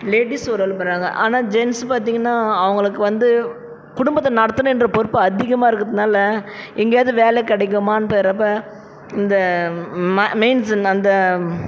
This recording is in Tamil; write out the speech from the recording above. லேடீஸ் வேலைக்கு போகறாங்க ஆனால் ஜென்ட்ஸ் பார்த்தீங்கன்னா அவங்களுக்கு வந்து குடும்பத்தை நடத்துணுன்ற பொறுப்பு அதிகமாக இருக்கிறதுனால எங்கேயாவது வேலை கிடைக்குமான்னு போறப்போ இந்த ம மேன்சன் அந்த